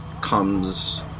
comes